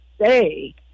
say